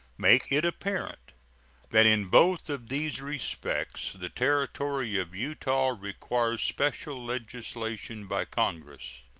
make it apparent that in both of these respects the territory of utah requires special legislation by congress.